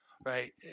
right